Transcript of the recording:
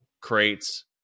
crates